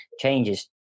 changes